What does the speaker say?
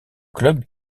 club